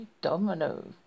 Domino